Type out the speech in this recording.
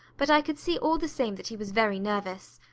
but i could see all the same that he was very nervous.